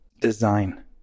design